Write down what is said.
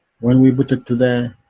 when we put it to the